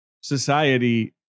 society